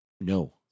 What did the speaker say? no